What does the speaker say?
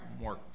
more